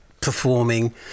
performing